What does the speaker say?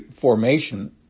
formation